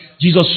Jesus